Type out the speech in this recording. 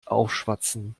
aufschwatzen